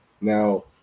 now